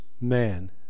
man